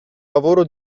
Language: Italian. lavoro